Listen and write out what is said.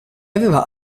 aveva